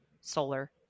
solar